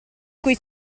cui